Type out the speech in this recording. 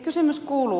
kysymys kuuluu